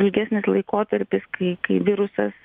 ilgesnis laikotarpis kai kai virusas